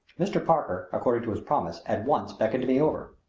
mr. parker, according to his promise, at once beckoned me over.